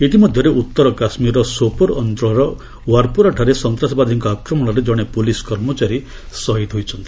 ଇତି ମଧ୍ୟରେ ଉତ୍ତର କାଶ୍ମୀରର ସୋପୋର ଅଞ୍ଚଳର ୱାର୍ପୋରାଠାରେ ସନ୍ତାସବାଦୀଙ୍କ ଆକ୍ରମଣରେ ଜଣେ ପୁଲିସ୍ କର୍ମଚାରୀ ସହୀଦ୍ ହୋଇଛନ୍ତି